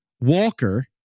Walker